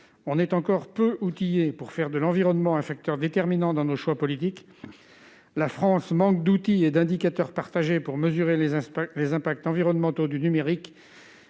sommes encore peu outillés pour faire de l'environnement un facteur déterminant dans nos choix politiques. La France manque d'outils et d'indicateurs partagés pour mesurer les impacts environnementaux du numérique